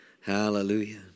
Hallelujah